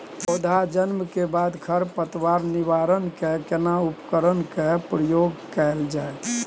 पौधा जन्म के बाद खर पतवार निवारण लेल केना उपकरण कय प्रयोग कैल जाय?